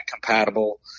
compatible